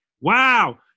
Wow